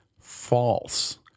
False